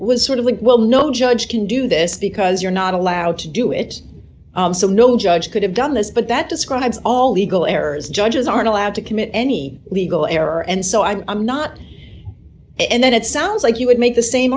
was sort of like well no judge can do this because you're not allowed to do it so no judge could have done this but that describes all legal errors judges aren't allowed to commit any legal error and so i'm i'm not and then it sounds like you would make the same